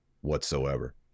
whatsoever